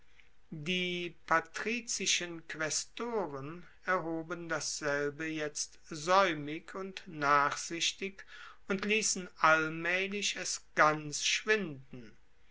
die patrizischen quaestoren erhoben dasselbe jetzt saeumig und nachsichtig und liessen allmaehlich es ganz schwinden